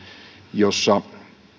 jossa